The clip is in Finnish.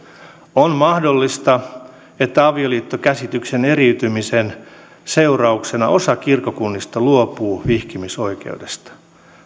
on mahdollista että avioliittokäsityksen eriytymisen seurauksena osa kirkkokunnista luopuu vihkimisoikeudesta